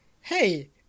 hey